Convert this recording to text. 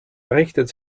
richtet